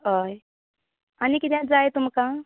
हय आनी किद्या जाय तुमका